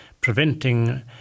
preventing